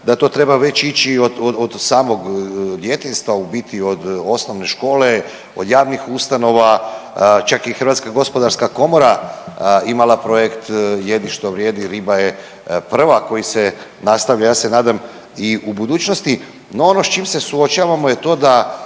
da to treba već ići od samog djetinjstva, u biti od osnovne škole, od javnih ustanova. Čak je i Hrvatska gospodarska komora imala projekt „Jedi što vrijedi“. Riba je prva koji se nastavlja. Ja se nadam i u budućnosti. No ono s čim se suočavamo je to da